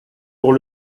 pour